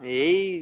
এই